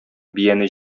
бияне